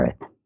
earth